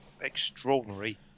extraordinary